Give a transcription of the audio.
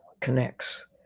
connects